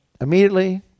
immediately